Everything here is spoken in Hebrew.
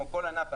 כמו כל ענף,